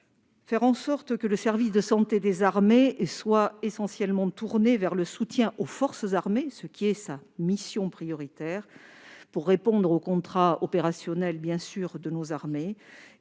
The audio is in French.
faire en sorte que le service de santé des armées soit essentiellement tourné vers le soutien aux forces armées, ce qui est sa mission prioritaire, pour répondre aux contrats opérationnels de nos armées